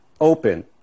open